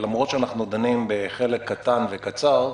למרות שאנחנו דנים בחלק קטן וקצר,